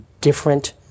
different